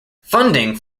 funding